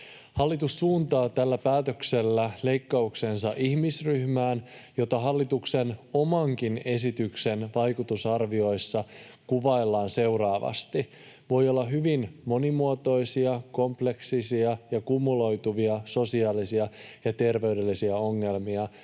Hallitus suuntaa tällä päätöksellä leikkauksensa ihmisryhmään, jota hallituksen omankin esityksen vaikutusarvioissa kuvaillaan seuraavasti: ”Voi olla hyvin monimuotoisia, kompleksisia ja kumuloituvia sosiaalisia ja terveydellisiä ongelmia,